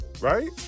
Right